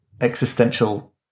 existential